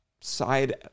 side